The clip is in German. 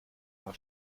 war